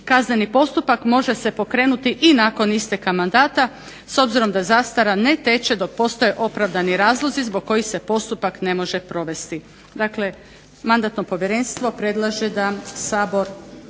Kazneni postupak može se pokrenuti i nakon isteka mandata s obzirom da zastara ne teče dok postoje opravdani razlozi zbog kojih se postupak ne može provesti.